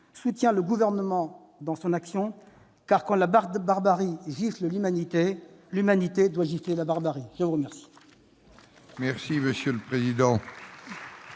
soutient le Gouvernement dans son action car, quand la barbarie gifle l'humanité, l'humanité doit gifler la barbarie ! La parole